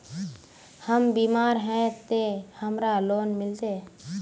हम बीमार है ते हमरा लोन मिलते?